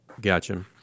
Gotcha